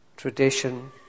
Tradition